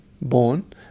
born